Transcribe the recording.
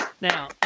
Now